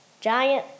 Giant